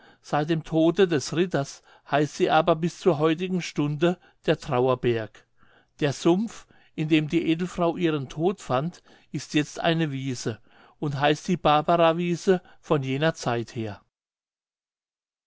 seit dem tode des ritters heißt sie aber bis zur heutigen stunde der trauerberg der sumpf in dem die edelfrau ihren tod fand ist jetzt eine wiese und heißt die barbarawiese von jener zeit her